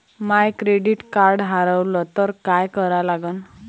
माय credit card हारवलं तर काय करा लागन?